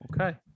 okay